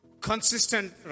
consistent